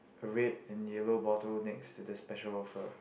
a red and yellow bottle next to the special offer